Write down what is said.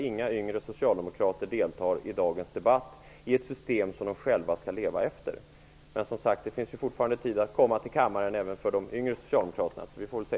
Inga yngre socialdemokrater deltar t.ex. i dagens debatt om ett system som de själva skall leva efter. Men det finns som sagt fortfarande tid att komma till kammaren även för de yngre socialdemokraterna, så vi får väl se.